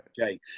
Okay